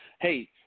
Hey